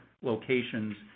locations